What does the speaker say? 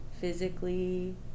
physically